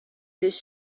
this